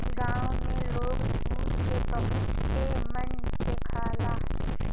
गाँव में लोग दूध के बहुते मन से खाला